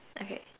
okay